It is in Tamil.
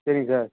சரிங்க சார்